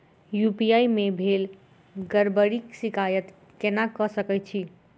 UPI मे भेल गड़बड़ीक शिकायत केना कऽ सकैत छी?